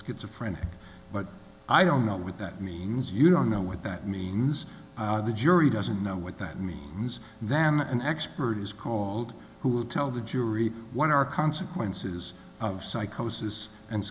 schizophrenia but i don't know what that means you don't know what that means the jury doesn't know what that means than an expert is called who will tell the jury what are consequences of psychosis and